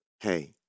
Hey